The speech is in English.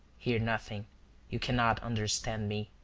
hear nothing you cannot understand me.